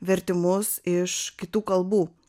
vertimus iš kitų kalbų